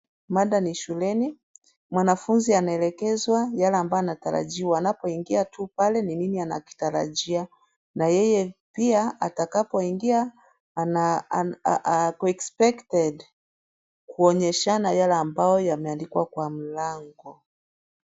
Mada ni shuleni, mwanafunzi anaelekezwa yale ambayo anatarajiwa wanapoingia tu pale ni nini anakitarajia na yeye pia atakapoingia ako expected kuonyeshana yale ambayo yameandikwa kwa mlango.